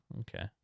Okay